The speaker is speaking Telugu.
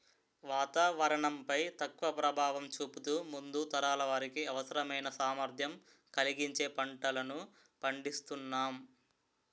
వాతావరణం పై తక్కువ ప్రభావం చూపుతూ ముందు తరాల వారికి అవసరమైన సామర్థ్యం కలిగించే పంటలను పండిస్తునాం